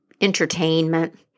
entertainment